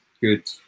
good